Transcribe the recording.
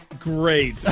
Great